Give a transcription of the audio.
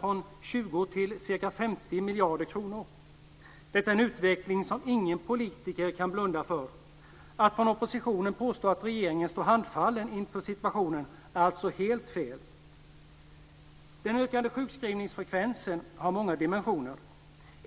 från 20 Detta är en utveckling som ingen politiker kan blunda för. Det är helt fel att från oppositionen påstå att regeringen står handfallen inför situationen. Den ökande sjukskrivningsfrekvensen har många dimensioner.